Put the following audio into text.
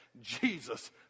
Jesus